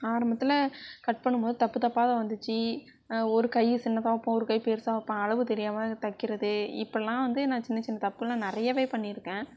ஆரம்பத்தில் கட் பண்ணும் போது தப்பு தப்பாக தான் வந்துச்சு ஒரு கை சின்னதாக வைப்போம் ஒரு கை பெருசாக வைப்பேன் அளவு தெரியாமல் தைக்கிறது இப்படிலாம் வந்து நான் சின்ன சின்ன தப்புலாம் நிறையவே பண்ணியிருக்கேன்